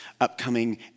upcoming